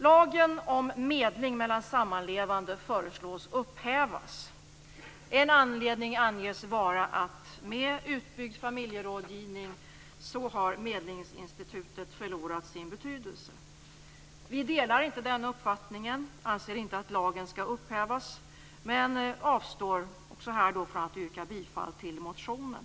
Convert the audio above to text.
Lagen om medling mellan sammanlevande föreslås upphävas. En anledning anges vara att med utbyggd familjerådgivning har medlingsinstitutet förlorat sin betydelse. Vi delar inte den uppfattningen och anser inte att lagen skall upphävas, men vi avstår från att yrka bifall till motionen.